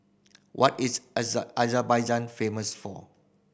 what is Azerbaijan famous for